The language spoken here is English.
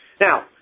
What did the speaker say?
Now